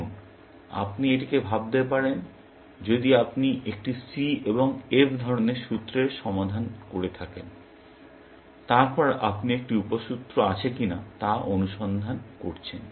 এখন আপনি এটিকে ভাবতে পারেন যদি আপনি একটি C এবং F ধরণের সূত্রের সমাধান করে থাকেন তারপর আপনি একটি উপসূত্র আছে কিনা তা অনুসন্ধান করছেন